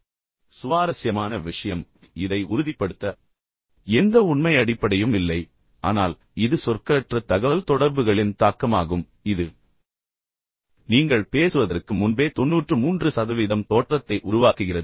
இப்போது சுவாரஸ்யமான விஷயம் என்னவென்றால் இதை உறுதிப்படுத்த எந்த உண்மை அடிப்படையும் இல்லை ஆனால் இது சொற்களற்ற தகவல்தொடர்புகளின் தாக்கமாகும் இது நீங்கள் பேசுவதற்கு முன்பே 93 சதவீதம் தோற்றத்தை உருவாக்குகிறது